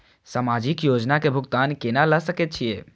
समाजिक योजना के भुगतान केना ल सके छिऐ?